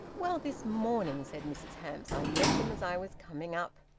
well, this morning, said mrs hamps. i met them as i was coming up.